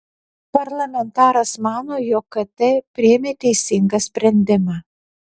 parlamentaras mano jog kt priėmė teisingą sprendimą